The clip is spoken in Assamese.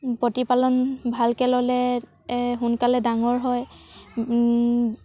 প্ৰতিপালন ভালকৈ ল'লে সোনকালে ডাঙৰ হয়